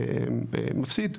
מפסיד.